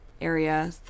area